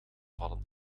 vallen